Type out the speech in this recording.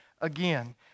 again